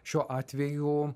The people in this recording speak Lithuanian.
šiuo atveju